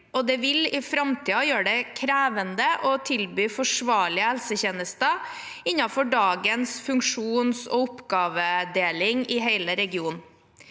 det vil i framtiden gjøre det krevende å til by forsvarlige helsetjenester innenfor dagens funksjonsog oppgavedeling i hele regionen.